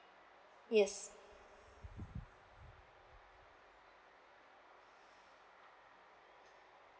yes